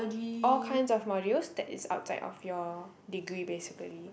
all kinds of modules that is outside of your degree basically